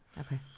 Okay